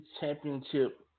Championship